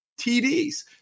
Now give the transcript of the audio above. TDs